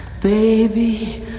baby